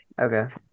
Okay